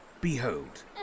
Behold